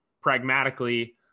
pragmatically